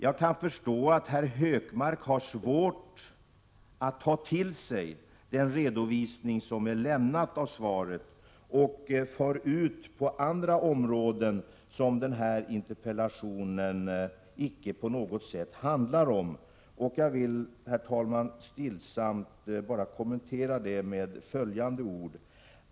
Jag kan förstå att herr Hökmark har svårt att ta till sig den redovisning som är lämnad i svaret och far ut på andra områden, som interpellationen icke på något sätt handlar om. Jag vill, herr talman, stillsamt bara kommentera detta med följande ord.